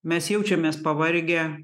mes jaučiamės pavargę